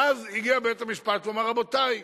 ואז הגיע בית-המשפט ואמר: רבותי,